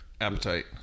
appetite